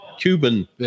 Cuban